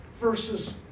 Versus